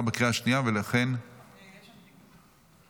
בקריאה השנייה ולכן --- יש שם תיקון.